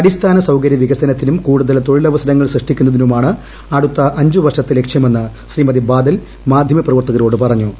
അടിസ്ഥാന സൌകരൃ വികസനത്തിനും കൂടുതൽ തൊഴിലവസരങ്ങൾ സൃഷ്ടിക്കുന്നതിനുമാണ് അടുത്ത അഞ്ച് വർഷത്തെ ലക്ഷ്യമെന്ന് ശ്രീമതി ബാദൽ മാധ്യമപ്രവർത്തകരോട് പറഞ്ഞു